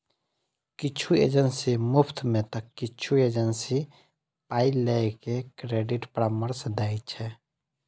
किछु एजेंसी मुफ्त मे तं किछु एजेंसी पाइ लए के क्रेडिट परामर्श दै छै